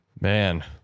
man